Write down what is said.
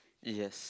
yes